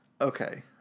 Okay